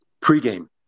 Pre-game